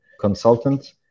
consultant